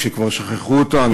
שכבר שכחו אותה,